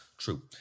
True